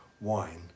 wine